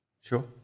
Sure